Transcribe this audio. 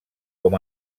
com